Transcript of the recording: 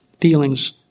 feelings